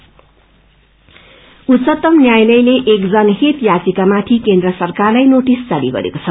supreme court उच्च्तु न्यायलयले एक जनहित याचिक्रमाथि केन्द्र सरकारलाई नोटिस जारी गरेको छ